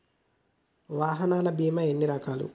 వాహనాల బీమా ఎన్ని రకాలు?